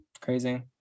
Crazy